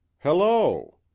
Hello